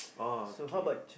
oh okay